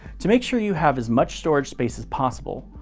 to make sure you have as much storage space as possible,